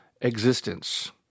existence